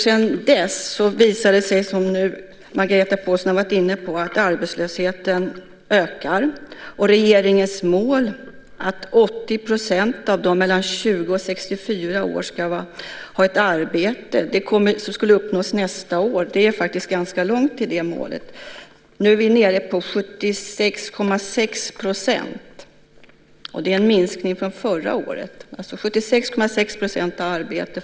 Sedan dess har det visat sig, vilket Margareta Pålsson har varit inne på, att arbetslösheten ökar. Regeringens mål var att 80 % av alla mellan 20 och 64 år ska ha ett arbete, vilket skulle uppnås nästa år. Men det är ganska långt till det målet. Nu är vi nere på 76,6 % som har arbete, och det är en minskning från förra året.